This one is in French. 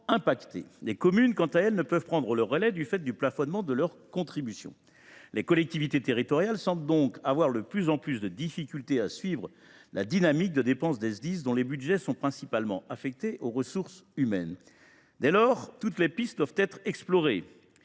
Les communes, quant à elles, ne peuvent prendre le relais du fait du plafonnement de leur contribution. Les collectivités territoriales semblent donc avoir de plus en plus de difficultés à suivre la dynamique de dépenses des Sdis, dont les budgets sont principalement affectés aux ressources humaines. Dès lors, toutes les pistes doivent être explorées.